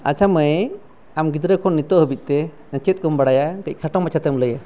ᱟᱪᱪᱷᱟ ᱢᱟᱹᱭ ᱟᱢ ᱜᱤᱫᱽᱨᱟᱹ ᱠᱷᱚᱱ ᱱᱤᱛᱚᱜ ᱦᱟᱹᱵᱤᱡᱛᱮ ᱪᱮᱫ ᱠᱚᱢ ᱵᱟᱲᱟᱭᱟ ᱠᱟᱹᱡ ᱠᱷᱟᱴᱚ ᱢᱟᱪᱷᱟᱛᱮᱢ ᱞᱟᱹᱭᱟ